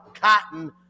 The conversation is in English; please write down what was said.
Cotton